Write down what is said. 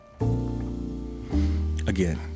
again